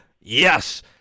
yes